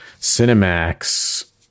Cinemax